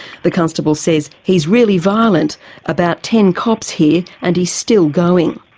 the constable says, he's really violent about ten cops here and he's still going.